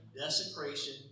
desecration